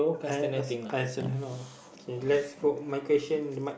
I als~ I also don't know okay let's go my question